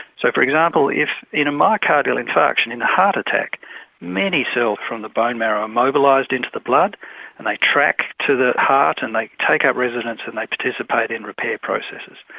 so for example if in a myocardial infarction in a heart attack many cells from the bone marrow are mobilised into the blood and they track to the heart and they take up residence and they participate in repair processes.